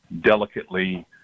delicately